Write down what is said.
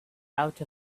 out